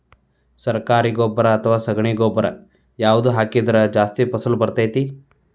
ಸರಕಾರಿ ಗೊಬ್ಬರ ಅಥವಾ ಸಗಣಿ ಗೊಬ್ಬರ ಯಾವ್ದು ಹಾಕಿದ್ರ ಜಾಸ್ತಿ ಫಸಲು ಬರತೈತ್ರಿ?